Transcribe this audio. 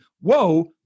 whoa